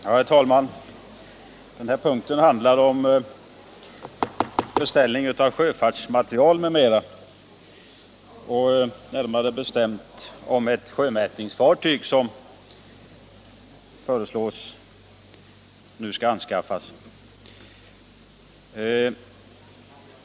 Herr talman! Nu handlar det om beställning av sjöfartsmateriel m.m., närmare bestämt om ett sjömätningsfartyg.